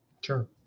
Sure